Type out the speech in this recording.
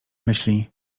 myśli